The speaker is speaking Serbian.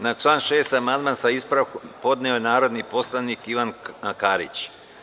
Na član 6. amandman sa ispravkom je podneo narodni poslanik Ivan Karić.